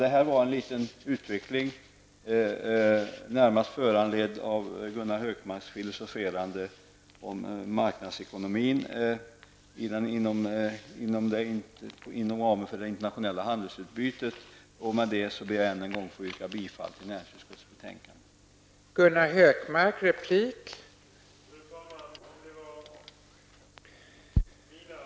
Detta var en liten utveckling närmast föranledd av Gunnar Hökmarks filosoferande om marknadsekonomin inom ramen för det internationella handelsutbytet. Med det anförda vill jag än en gång yrka bifall till hemställan i näringsutskottets betänkande nr 13.